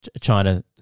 China